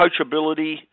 coachability